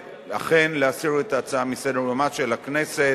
אכן, להסיר את ההצעה מסדר-יומה של הכנסת.